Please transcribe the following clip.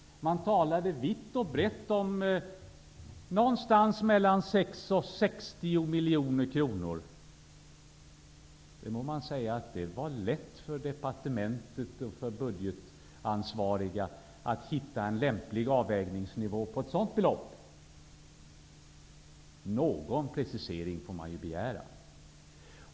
De talade vitt och brett om någonstans mellan 6 och 60 miljoner kronor. Man må säga att det inte kan vara lätt för departement och budgetansvariga att hitta en lämplig avvägningsnivå på ett sådant belopp. Någon precisering måste jag kunna begära.